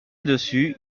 dessus